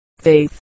faith